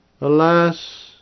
Alas